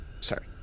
sorry